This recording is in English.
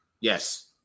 Yes